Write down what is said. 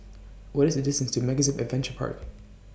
What IS The distance to MegaZip Adventure Park